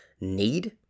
need